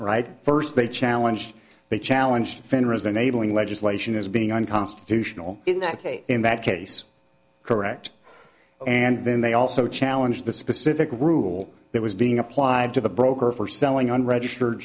right first a challenge they challenge fenriz enabling legislation is being unconstitutional in that case in that case correct and then they also challenge the specific rule that was being applied to the broker for selling unregistered